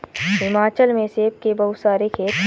हिमाचल में सेब के बहुत सारे खेत हैं